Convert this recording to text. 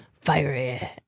fiery